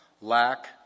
lack